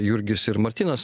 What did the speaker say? jurgis ir martynas